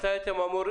מתי אתם אמורים